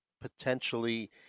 potentially